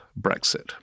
Brexit